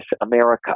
America